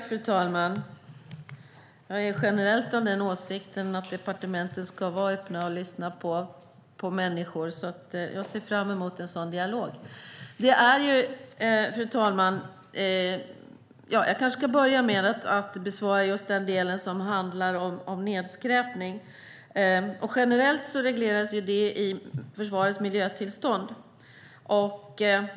Fru talman! Jag är generellt av den åsikten att departementen ska vara öppna och lyssna på människor, så jag ser fram emot en sådan dialog. Jag kanske ska börja med att besvara den del som handlar om nedskräpning. Generellt regleras det i försvarets miljötillstånd.